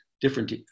different